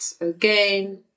again